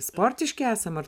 sportiški esam ar